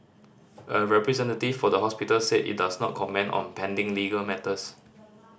a representative for the hospital said it does not comment on pending legal matters